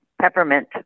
peppermint